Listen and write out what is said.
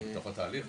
אנחנו בתוך התהליך.